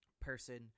person